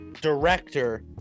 director